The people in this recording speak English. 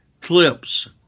clips